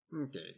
Okay